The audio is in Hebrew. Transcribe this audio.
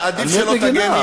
על מי את מגינה?